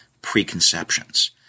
preconceptions